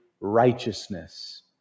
righteousness